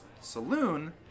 saloon